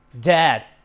dad